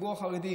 הציבור החרדי,